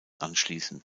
anschließen